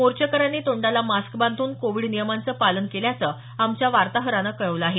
मोर्चेकऱ्यांनी तोंडाला मास्क बांधून कोविड नियमांचं पालन केल्याचं आमच्या वार्ताहरानं कळवलं आहे